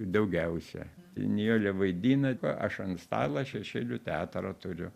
daugiausia nijolė vaidina aš ant stalo šešėlių teatrą turiu